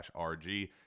rg